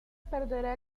perderá